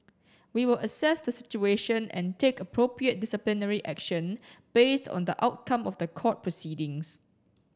we will assess the situation and take appropriate disciplinary action based on the outcome of the court proceedings